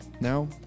Now